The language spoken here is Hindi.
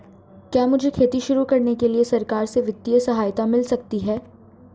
क्या मुझे खेती शुरू करने के लिए सरकार से वित्तीय सहायता मिल सकती है?